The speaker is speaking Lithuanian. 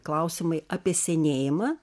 klausimai apie senėjimą